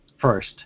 first